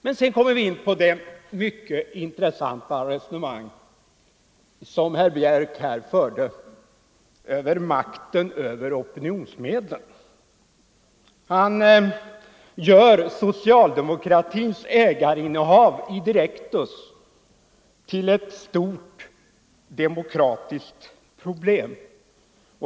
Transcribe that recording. Sedan kommer vi in på det mycket intressanta resonemang som herr Björck här förde om makten över opinionsmedlen. Han gör socialdemokratins ägarinnehav i Direktus till ett stort demokratiskt problem.